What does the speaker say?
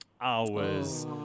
hours